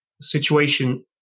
situation